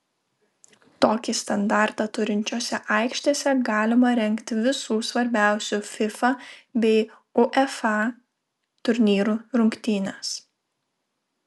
tokį standartą turinčiose aikštėse galima rengti visų svarbiausių fifa bei uefa turnyrų rungtynes